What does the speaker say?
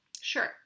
sure